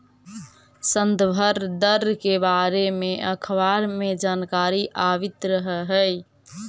संदर्भ दर के बारे में अखबार में जानकारी आवित रह हइ